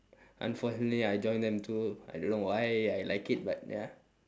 unfortunately I joined them too I don't know why I liked it but ya